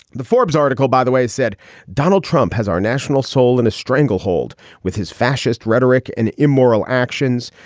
the forbes article, by the way, said donald trump has our national soul and a stranglehold with his fascist rhetoric and immoral actions.